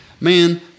man